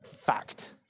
fact